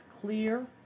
clear